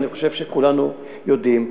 ואני חושב שכולנו יודעים.